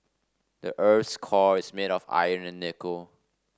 the earth's core is made of iron and nickel